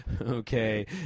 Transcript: Okay